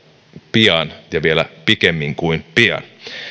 pian ja vielä pikemmin kuin pian